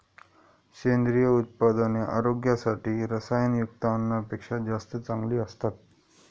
सेंद्रिय उत्पादने आरोग्यासाठी रसायनयुक्त अन्नापेक्षा जास्त चांगली असतात